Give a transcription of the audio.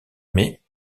mais